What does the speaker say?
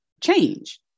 change